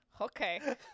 Okay